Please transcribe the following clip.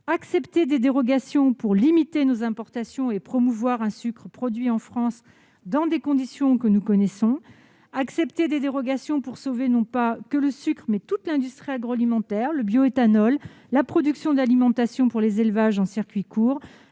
000, je le répète -, pour limiter nos importations et promouvoir un sucre produit en France dans des conditions que nous connaissons et pour sauver non seulement le sucre, mais aussi toute l'industrie agroalimentaire- le bioéthanol, la production d'alimentation pour les élevages en circuit court,